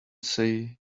say